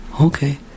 Okay